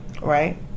right